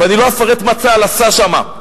ואני לא אפרט מה צה"ל עשה שם.